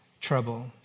trouble